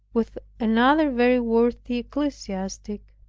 with another very worthy ecclesiastic.